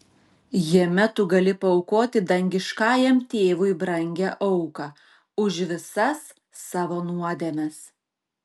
jame tu gali paaukoti dangiškajam tėvui brangią auką už visas savo nuodėmes